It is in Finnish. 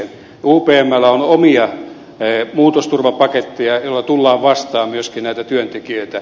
upmllä on omia muutosturvapaketteja joilla tullaan vastaan myöskin näitä työntekijöitä